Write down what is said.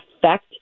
affect